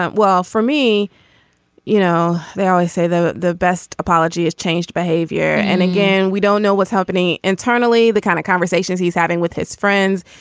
well for me you know they always say the the best apology is changed behavior. and again we don't know what's happening internally the kind of conversations he's having with his friends.